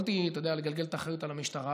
יכולתי לגלגל את האחריות על המשטרה,